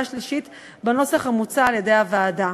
שלישית בנוסח המוצע על-ידי הוועדה.